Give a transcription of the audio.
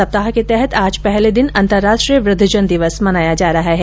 सप्ताह के तहत आज पहले दिन अंतर्राष्ट्रीय वृद्धजन दिवस मनाया जा रहा है